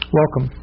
welcome